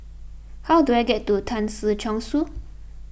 how do I get to Tan Si Chong Su